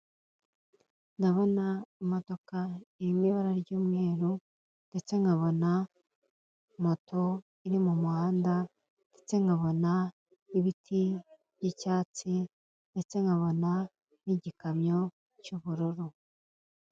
Ndabona imodoka iri mwibara ry'umweru ndetse nkabona moto iri mumuhanda ndetse nkabona ibiti by'icyatsi ndetse nkabona n'igikamyo cy'ubururu.